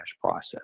process